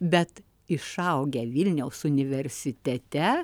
bet išaugę vilniaus universitete